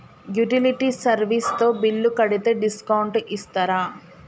Utility service తో bill కడితే discount ఇస్తరా?